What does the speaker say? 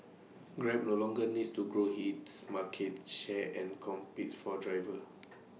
grab no longer needs to grow its market share and compete for drivers